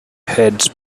heads